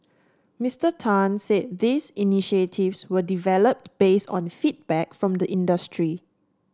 Mister Tan said these initiatives were developed based on feedback from the industry